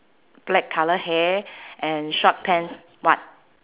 black colour hair and short pants what